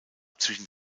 zwischen